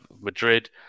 Madrid